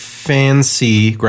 Fancy